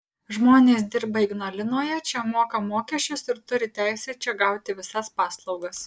žmonės dirba ignalinoje čia moka mokesčius ir turi teisę čia gauti visas paslaugas